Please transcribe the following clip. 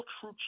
true